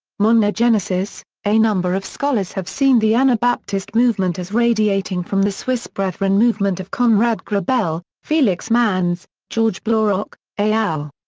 monogenesis a number of scholars have seen the anabaptist movement as radiating from the swiss brethren movement of conrad grebel, felix manz, george blaurock, et al.